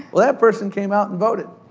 well, that person came out and voted.